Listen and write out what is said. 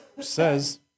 says